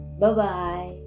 Bye-bye